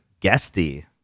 Guesty